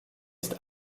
ist